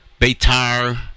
Beitar